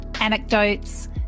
anecdotes